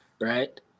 right